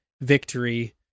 victory